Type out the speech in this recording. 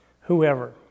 whoever